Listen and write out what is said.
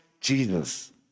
Jesus